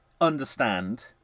understand